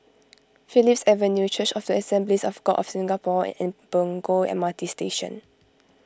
Phillips Avenue Church of the Assemblies of God of Singapore and Punggol M R T Station